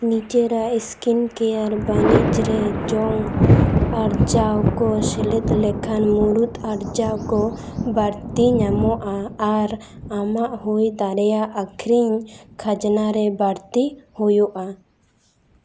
ᱱᱤᱡᱮᱨᱟᱜ skin care ᱵᱟᱹᱱᱤᱡᱽᱨᱮ ᱡᱚᱝ ᱟᱨᱡᱟᱣᱠᱚ ᱥᱮᱞᱮᱫ ᱞᱮᱠᱷᱟᱱ ᱢᱩᱲᱩᱫ ᱟᱨᱡᱟᱣ ᱠᱚ ᱵᱟ ᱲᱛᱤ ᱧᱟᱢᱚᱜᱼᱟ ᱟᱨ ᱟᱢᱟᱜ ᱦᱩᱭ ᱫᱟᱲᱮᱭᱟᱜ ᱟᱹᱠᱷᱨᱤᱧ ᱠᱷᱟᱡᱽᱱᱟᱨᱮ ᱵᱟᱹᱲᱛᱤ ᱦᱩᱭᱩᱜᱼᱟ